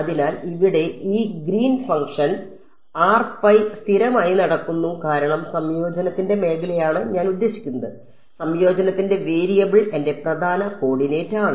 അതിനാൽ ഇവിടെ ഈ ഗ്രീൻ ഫംഗ്ഷൻ സ്ഥിരമായി നടക്കുന്നു കാരണം സംയോജനത്തിന്റെ മേഖലയാണ് ഞാൻ ഉദ്ദേശിക്കുന്നത് സംയോജനത്തിന്റെ വേരിയബിൾ എന്റെ പ്രധാന കോർഡിനേറ്റ് ആണ്